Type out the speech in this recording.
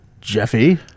Jeffy